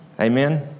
Amen